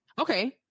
Okay